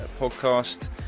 podcast